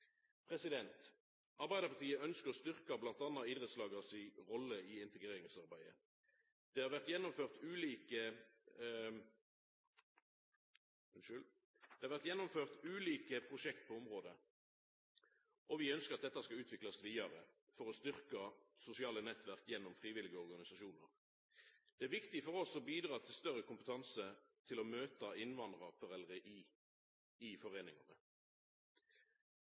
Arbeidarpartiet ønskjer å styrkja bl.a. idrettslaga si rolle i integreringsarbeidet. Det har vore gjennomført ulike prosjekt på området, og vi ønskjer at dette skal utviklast vidare for å styrkja sosiale nettverk gjennom frivillige organisasjonar. Det er viktig for oss å bidra til større kompetanse til å møta innvandrarforeldre i foreiningane. Vi må bidra til å laga arenaer for dette. Får vi tak i